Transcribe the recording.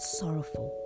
sorrowful